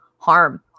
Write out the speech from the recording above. Harm